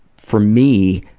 for me,